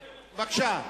בבקשה.